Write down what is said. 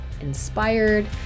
inspired